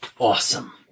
Awesome